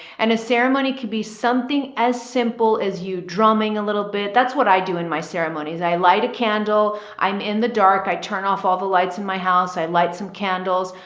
and a ceremony could be something as simple as you drumming a little bit. that's what i do in my ceremonies. i light a candle. i'm in the dark. i turn off all the lights in my house. i light some candles.